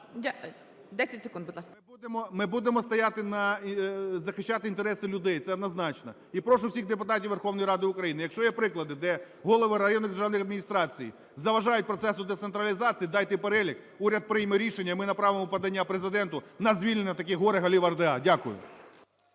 на… захищати інтереси людей – це однозначно. І прошу всіх депутатів Верховної Ради України, якщо є приклади, де голови районних державних адміністрацій заважають процесу децентралізації, дайте перелік, уряд прийме рішення, і ми направимо подання Президенту на звільнення таких горе-голів РДА. Дякую.